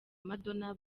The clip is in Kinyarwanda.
madonna